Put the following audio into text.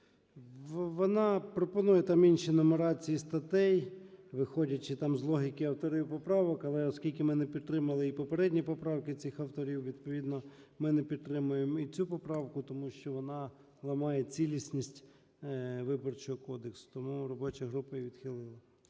Вона пропонує там інші нумерації статей, виходячи з логіки авторів поправок. Але оскільки ми не підтримали і попередні поправки цих авторів, відповідно ми не підтримуємо і цю поправку, тому що вона ламає цілісність Виборчого кодексу. Тому робоча група її відхилила.